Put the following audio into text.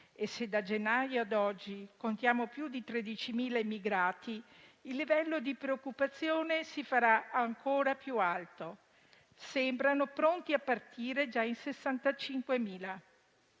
Se da gennaio ad oggi contiamo più di 13.000 immigrati, il livello di preoccupazione si farà ancora più alto. Sembrano pronti a partire già in 65.000.